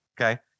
Okay